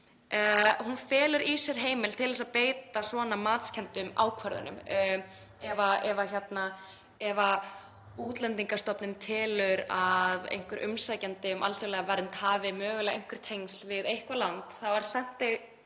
felur í sér heimild til þess að beita svona matskenndum ákvörðunum. Ef Útlendingastofnun telur að einhver umsækjandi um alþjóðlega vernd hafi mögulega einhver tengsl við eitthvert land er viðkomandi